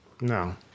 No